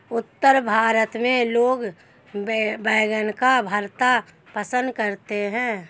उत्तर भारत में लोग बैंगन का भरता पंसद करते हैं